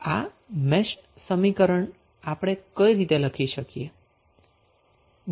તો આ મેશ સમીકરણને આપણે કઈ રીતે લખી શકીએ